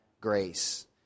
grace